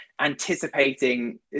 anticipating